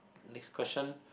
next question